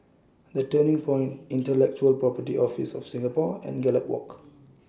The Turning Point Intellectual Property Office of Singapore and Gallop Walk